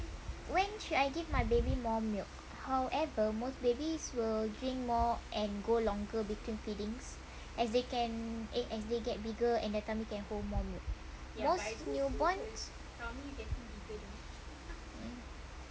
when should I give my baby more milk however most babies will drink more and grow longer between feedings as they can eh as they get bigger and the tummy can hold more milk most newborns